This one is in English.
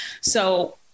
So-